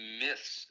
myths